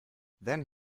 then